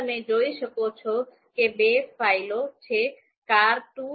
હવે તમે જોઈ શકો છો કે બે ફાઇલો છે car2